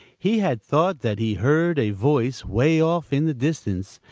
he had thought that he heard a voice way off in the distance,